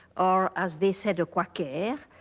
or as they said, a kwa-kair.